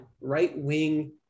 right-wing